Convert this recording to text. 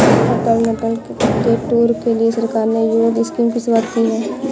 अटल tunnel के tour के लिए सरकार ने युवक स्कीम की शुरुआत की है